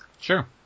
Sure